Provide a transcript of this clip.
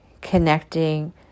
connecting